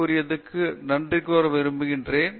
எங்களுக்கு உதவியதற்காக உங்களுக்கு நன்றி கூற விரும்புகிறேன்